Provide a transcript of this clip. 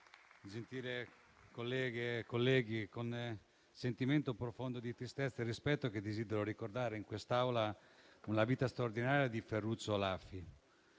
e colleghi, è con un sentimento profondo di tristezza e rispetto che desidero ricordare in quest'Aula la vita straordinaria di Ferruccio Laffi,